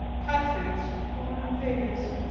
patriots or invaders.